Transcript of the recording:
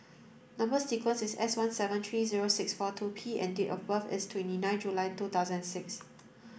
number sequence is S one seven three zero six four two P and date of birth is twenty nine July two thousand six